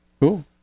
Cool